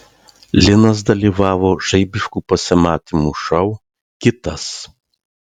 linas dalyvavo žaibiškų pasimatymų šou kitas